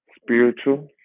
spiritual